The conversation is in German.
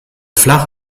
flach